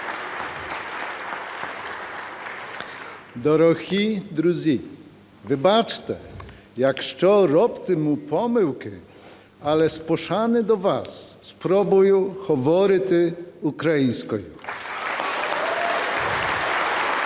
Дорогі друзі, вибачте, якщо робитиму помилки, але з пошани до вас спробую говорити українською. (Оплески)